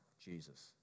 Jesus